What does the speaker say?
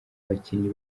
abakinnyi